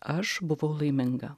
aš buvau laiminga